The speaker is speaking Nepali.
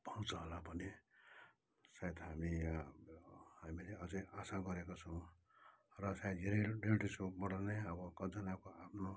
पाउँछ होला भने सायद हामी हामीले अझै आशा गरेको छौँ र सायद धेरै रियालिटी सोबाट नै अब कतजनाको आफ्नो